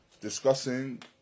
discussing